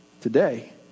today